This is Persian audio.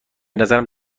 نظرم